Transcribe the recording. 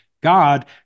God